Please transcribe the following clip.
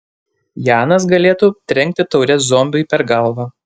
janas galėtų trenkti taure zombiui per galvą